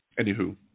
anywho